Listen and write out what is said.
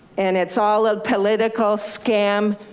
and it's all a political scam.